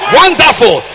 wonderful